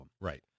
Right